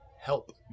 Help